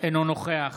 אינו נוכח